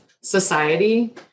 society